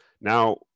Now